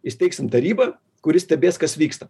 įsteigsim tarybą kuri stebės kas vyksta